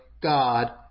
God